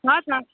छ छ